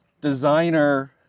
designer